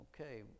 Okay